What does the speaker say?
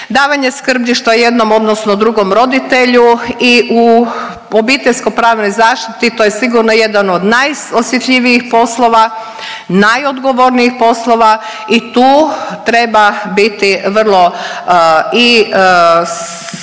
davanje skrbništva jednom odnosno drugom roditelju i u obiteljsko pravnoj zaštiti to je sigurno jedan od najosjetljivijih poslova, najodgovornijih poslova i tu treba biti vrlo i spretan,